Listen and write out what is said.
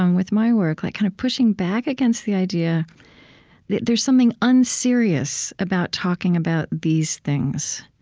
um with my work like kind of pushing back against the idea that there's something unserious about talking about these things.